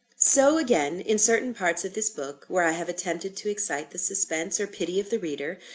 so again, in certain parts of this book where i have attempted to excite the suspense or pity of the reader,